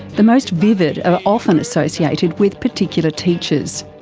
the most vivid are often associated with particular teachers.